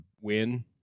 win